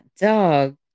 dog